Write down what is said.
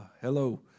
hello